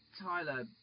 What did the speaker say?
Tyler